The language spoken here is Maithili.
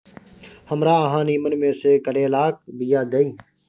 हमरा अहाँ नीमन में से करैलाक बीया दिय?